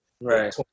right